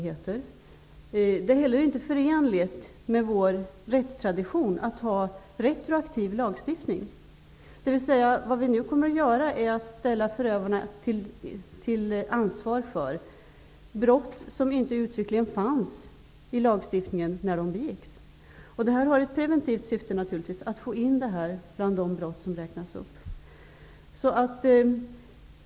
Det är inte heller förenligt med vår rättstradition att ha en retroaktiv lagstiftning. Vad vi nu kommer att göra är att ställa förövarna till ansvar för brott som inte uttryckligen fanns i lagstiftningen när de begicks. Det har naturligtvis ett preventivt syfte att få in detta bland de brott som räknas upp.